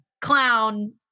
clown